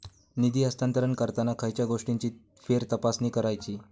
निधी हस्तांतरण करताना खयच्या गोष्टींची फेरतपासणी करायची?